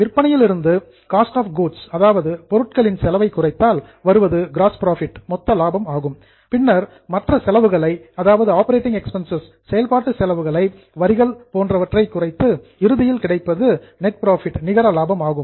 விற்பனையில் இருந்து cost of goods பொருட்களின் செலவை குறைத்தால் வருவது கிராஸ் புரோஃபிட் மொத்த லாபம் ஆகும் பின்னர் மற்ற செலவுகளை அதாவது ஆப்பரேட்டிங் எக்பென்சஸ் செயல்பாட்டு செலவுகள் வரிகள் போன்றவற்றை குறைத்து இறுதியில் கிடைப்பது நெட் புரோஃபிட் நிகர லாபம் ஆகும்